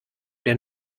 der